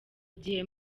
igihe